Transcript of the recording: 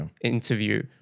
interview